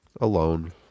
alone